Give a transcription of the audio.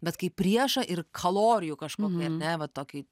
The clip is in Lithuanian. bet kai priešą ir kalorijų kažkokį ar ne vat tokį